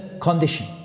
condition